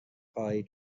خواهی